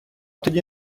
тоді